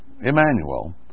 Emmanuel